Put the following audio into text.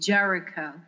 Jericho